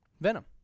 Venom